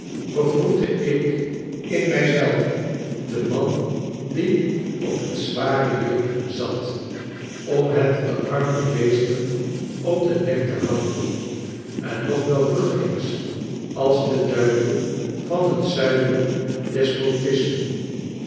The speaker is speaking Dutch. begroette ik in mij zelven den man die op het zware juk zat ora het de arme beesten op den nek te houden en nog wel ruggelings als den duivel van het zuivere despotisme